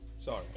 Sorry